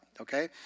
okay